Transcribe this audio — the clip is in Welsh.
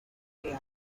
arian